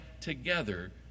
together